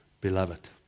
Beloved